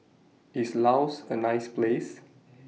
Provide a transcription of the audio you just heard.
IS Laos A nice Place